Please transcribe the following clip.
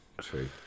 true